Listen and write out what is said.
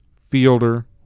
Fielder